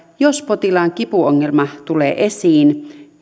jos potilaan kipuongelma tulee esiin